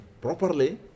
properly